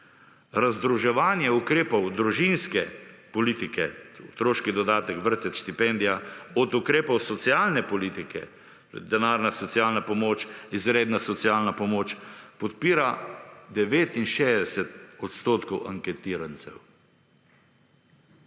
Razdruževanje ukrepov družinske politike, otroški dodatek, vrtec, štipendija od ukrepov socialne politike, denarna, socialna pomoč, izredna socialna pomoč podpira 69 odstotkov anketirancev.